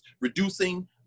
reducing